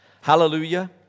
Hallelujah